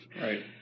right